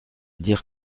dire